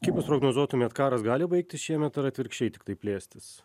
kaip jūs prognozuotumėt karas gali baigtis šiemet ar atvirkščiai tiktai plėstis